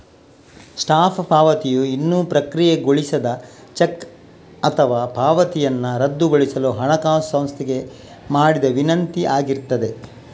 stop ಪಾವತಿಯು ಇನ್ನೂ ಪ್ರಕ್ರಿಯೆಗೊಳಿಸದ ಚೆಕ್ ಅಥವಾ ಪಾವತಿಯನ್ನ ರದ್ದುಗೊಳಿಸಲು ಹಣಕಾಸು ಸಂಸ್ಥೆಗೆ ಮಾಡಿದ ವಿನಂತಿ ಆಗಿರ್ತದೆ